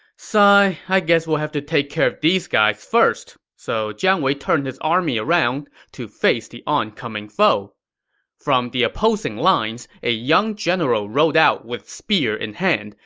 sigh, i guess we'll have to take care of these guys first. so jiang wei turned his army around to face the oncoming foe from the opposing lines, a young general rode out with spear in hand.